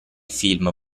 film